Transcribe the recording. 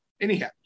Anyhow